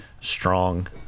strong